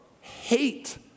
hate